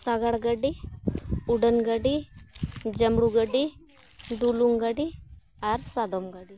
ᱥᱟᱜᱟᱲ ᱜᱟᱹᱰᱤ ᱩᱰᱟᱹᱱ ᱜᱟᱹᱰᱤ ᱡᱟᱢᱲᱩ ᱜᱟᱹᱰᱤ ᱰᱩᱞᱩᱝ ᱜᱟᱹᱰᱤ ᱟᱨ ᱥᱟᱫᱚᱢ ᱜᱟᱹᱰᱤ